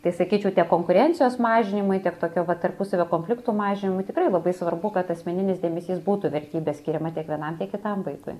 tai sakyčiau tiek konkurencijos mažinimui tiek tokio vat tarpusavio konfliktų mažinimui tikrai labai svarbu kad asmeninis dėmesys būtų vertybė skiriama tiek vienam tiek kitam vaikui